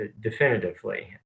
definitively